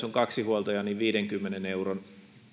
on kaksi huoltajaa viidenkymmenen euron